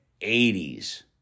80s